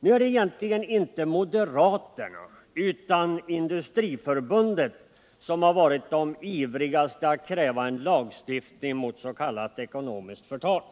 Nu är det egentligen inte moderaterna utan Industriförbundet som har varit ivrigast när det gäller att kräva lagstiftning mot s.k. ekonomiskt förtal.